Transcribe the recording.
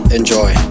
Enjoy